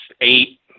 eight